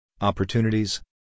opportunities